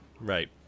Right